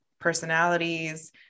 personalities